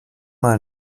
mal